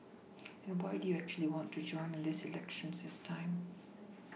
and why do you actually want to join in this elections this time